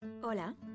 Hola